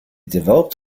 developed